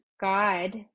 God